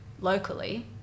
locally